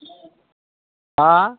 हा